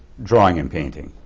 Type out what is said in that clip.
drawing and painting.